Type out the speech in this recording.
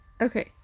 Okay